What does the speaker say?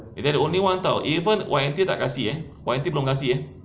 they are the only one [tau] even Y&T tak kasih eh Y&T belum kasih